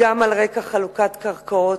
גם על רקע חלוקת קרקעות.